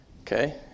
okay